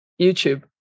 YouTube